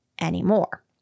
anymore